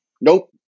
Nope